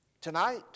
Tonight